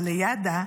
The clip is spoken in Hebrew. ליד"ה,